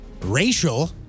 racial